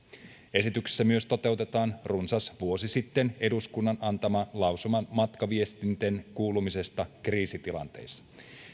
esityksessä myös toteutetaan runsas vuosi sitten eduskunnan antama lausuma matkaviestinten kuulumisesta kriisitilanteissa